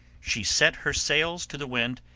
she set her sails to the wind,